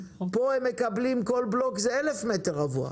פה הן מקבלות, כל בלוק זה 1,000 מ"ר.